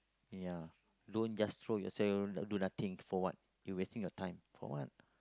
ya don't just throw yourself do nothing for what you wasting the time for what